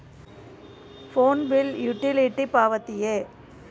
Phone bill utility ಪಾವತಿಯೇ?